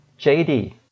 JD